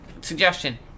Suggestion